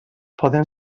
poden